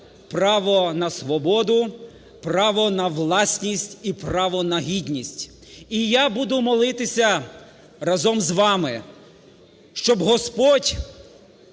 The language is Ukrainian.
право на свободу, право на власність і право на гідність. І я буду молитися разом з вами, щоб Господь